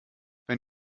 wenn